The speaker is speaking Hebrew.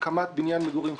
הקמת בניין מגורים חדש,